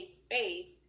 space